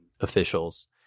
officials